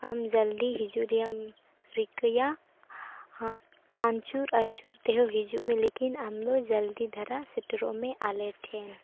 ᱟᱢ ᱡᱚᱞᱫᱤ ᱦᱤᱡᱩᱜ ᱨᱮᱭᱟᱜᱮᱢ ᱨᱤᱠᱟᱹᱭᱟ ᱟᱹᱪᱩᱨ ᱟᱹᱪᱩᱨ ᱛᱮᱦᱚᱸ ᱦᱤᱡᱩᱜ ᱢᱮ ᱞᱮᱠᱤᱱ ᱟᱢᱫᱚ ᱡᱚᱞᱫᱤ ᱫᱷᱟᱨᱟ ᱥᱮᱴᱮᱨᱚᱜ ᱢᱮ ᱟᱞᱮ ᱴᱷᱮᱱ